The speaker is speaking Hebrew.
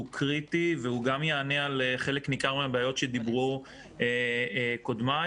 הוא קריטי והוא גם יענה על חלק ניכר מן הבעית שדיברו עליהן קודמיי.